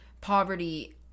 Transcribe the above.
poverty